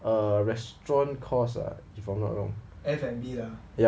a restaurant course ah if I'm not wrong